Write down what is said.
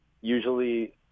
usually